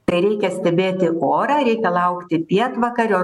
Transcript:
tai reikia stebėti orą reikia laukti pietvakarių